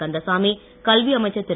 கந்தசாமி கல்வி அமைச்சர் திரு